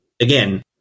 again